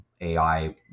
AI